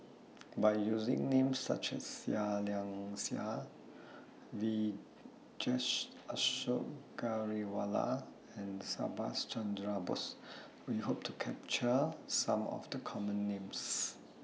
By using Names such as Seah Liang Seah Vijesh Ashok Ghariwala and Subhas Chandra Bose We Hope to capture Some of The Common Names